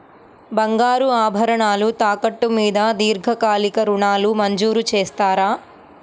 బంగారు ఆభరణాలు తాకట్టు మీద దీర్ఘకాలిక ఋణాలు మంజూరు చేస్తారా?